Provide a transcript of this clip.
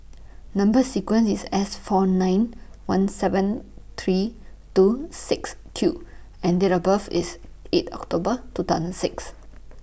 Number sequence IS S four nine one seven three two six Q and Date of birth IS eight October two thousand six